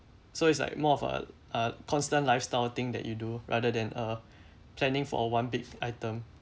so it's like more of a uh constant lifestyle thing that you do rather than uh planning for one big item